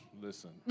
Listen